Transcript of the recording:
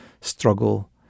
struggle